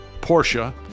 Porsche